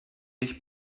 ich